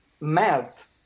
melt